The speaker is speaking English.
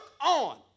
on